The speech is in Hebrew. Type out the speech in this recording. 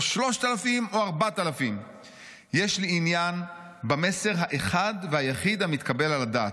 3,000 או 4,000. "יש לי עניין במסר האחד והיחיד המתקבל על הדעת.